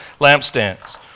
lampstands